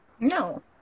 no